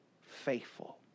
faithful